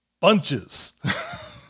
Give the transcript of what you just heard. bunches